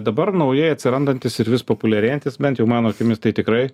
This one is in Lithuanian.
dabar naujai atsirandantys ir vis populiarėjantys bent jau mano akimis tai tikrai